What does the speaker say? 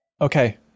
Okay